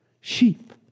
sheep